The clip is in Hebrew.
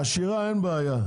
עשירה אין בעיה.